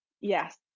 Yes